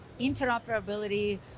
interoperability